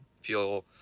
feel